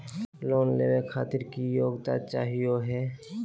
Loan लेवे खातीर की योग्यता चाहियो हे?